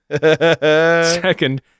Second